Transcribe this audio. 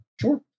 sure